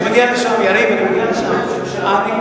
שטרית, אתה יודע, רגע, אני מגיע לשם, יריב.